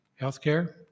healthcare